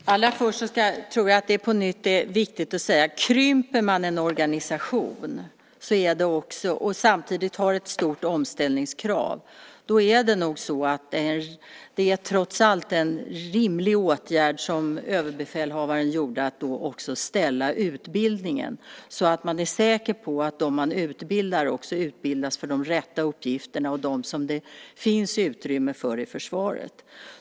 Herr talman! Allra först tror jag att det på nytt är viktigt att säga: Krymper man en organisation och samtidigt har ett stort omställningskrav så är det nog trots allt en rimlig åtgärd som överbefälhavaren vidtog, nämligen att också ställa utbildningen, så att man är säker på att de man utbildar också utbildas för de rätta uppgifterna, dem som det finns utrymme för i försvaret.